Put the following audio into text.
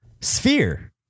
Sphere